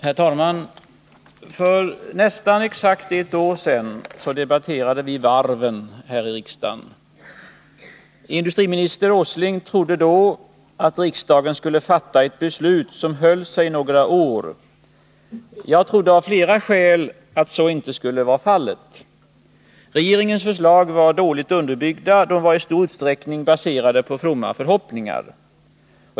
Herr talman! För nästan exakt ett år sedan debatterade vi varven här i riksdagen. Industrimininister Åsling trodde då att riksdagen skulle fatta ett beslut som höll några år. Jag trodde av flera skäl att så inte skulle bli fallet. Regeringens förslag var dåligt underbyggda — de var i stor utsträckning baserade på fromma förhoppningar.